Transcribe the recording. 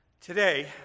Today